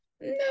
no